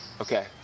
Okay